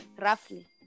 roughly